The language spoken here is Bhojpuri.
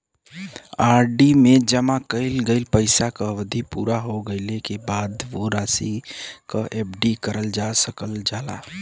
आर.डी में जमा कइल गइल पइसा क अवधि पूरा हो गइले क बाद वो राशि क एफ.डी करल जा सकल जाला